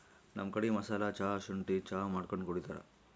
ನಮ್ ಕಡಿ ಮಸಾಲಾ ಚಾ, ಶುಂಠಿ ಚಾ ಮಾಡ್ಕೊಂಡ್ ಕುಡಿತಾರ್